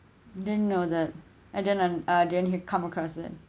didn't know that and then I'm uh didn't had come across that